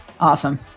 Awesome